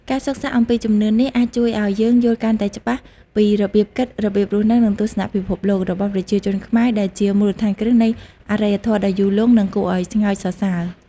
ការសិក្សាអំពីជំនឿនេះអាចជួយឲ្យយើងយល់កាន់តែច្បាស់ពីរបៀបគិត របៀបរស់នៅ និង ទស្សនៈពិភពលោក របស់ប្រជាជនខ្មែរ ដែលជាមូលដ្ឋានគ្រឹះនៃអរិយធម៌ដ៏យូរលង់ និងគួរឲ្យស្ងើចសរសើរ។